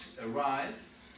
arise